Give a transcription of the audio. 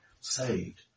saved